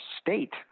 State